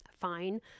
fine